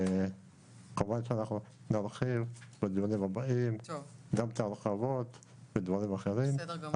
כמובן שאנחנו נרחיב בדיונים הבאים גם את ההרחבות ודברים אחרים,